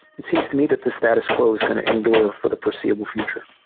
it seems to me that the status quo is going to endure for the foreseeable future.